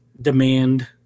demand